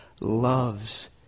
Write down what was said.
loves